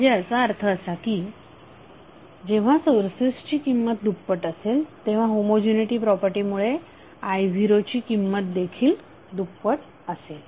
म्हणजे याचा अर्थ असा की जेव्हा सोर्सेसची किंमत दुप्पट असेल तेव्हा होमोजिनीटी प्रॉपर्टी मुळे I0 ची किंमत देखील दुप्पट असेल